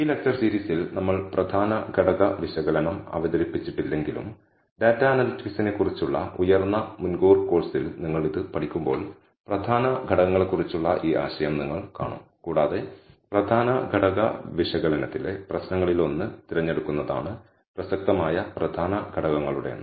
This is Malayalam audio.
ഈ ലെക്ച്ചർ സീരീസിൽ നമ്മൾ പ്രധാന ഘടക വിശകലനം അവതരിപ്പിച്ചിട്ടില്ലെങ്കിലും ഡാറ്റാ അനലിറ്റിക്സിനെക്കുറിച്ചുള്ള ഉയർന്ന മുൻകൂർ കോഴ്സിൽ നിങ്ങൾ ഇത് പഠിക്കുമ്പോൾ പ്രധാന ഘടകങ്ങളെക്കുറിച്ചുള്ള ഈ ആശയം നിങ്ങൾ കാണും കൂടാതെ പ്രധാന ഘടക വിശകലനത്തിലെ പ്രശ്നങ്ങളിലൊന്ന് തിരഞ്ഞെടുക്കുന്നതാണ് പ്രസക്തമായ പ്രധാന ഘടകങ്ങളുടെ എണ്ണം